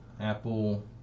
Apple